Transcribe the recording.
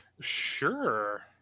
Sure